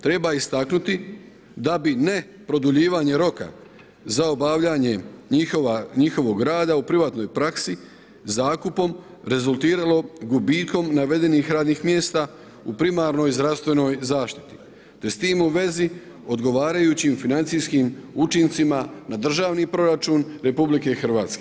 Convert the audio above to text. Treba istaknuti da bi ne produljivanje roka za obavljanje njihovog rada u privatnoj praksi zakupom rezultiralo gubitkom navedenih radnih mjesta u primarnoj zdravstvenoj zaštiti te s tim u vezi odgovarajućim financijskim učincima na državni proračun RH.